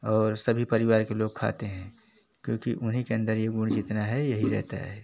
और सभी परिवार के लोग खाते हैं क्योंकि उन्हीं के अंदर यह गुण यही रहता है